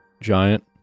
Giant